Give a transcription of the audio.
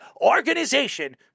organization